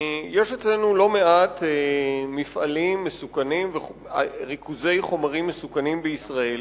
יש אצלנו לא מעט ריכוזי חומרים מסוכנים בישראל,